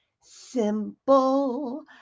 simple